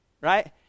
Right